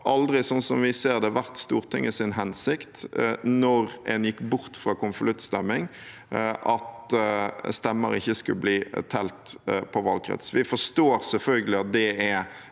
sånn som vi ser det, vært Stortingets hensikt at da en gikk bort fra konvoluttstemming, skulle ikke stemmer bli telt på valgkrets. Vi forstår selvfølgelig at det er